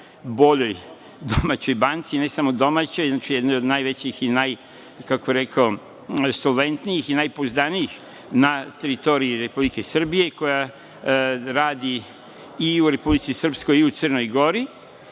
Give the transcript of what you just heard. najboljoj domaćoj banci i ne samo domaćoj, znači jednoj od najvećih, najsolventnijih i najpouzdanijih na teritoriji Republike Srbije, koja radi i u Republici Srpskoj i u Crnoj Gori